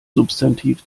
substantiv